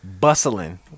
bustling